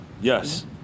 Yes